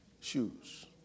shoes